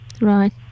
Right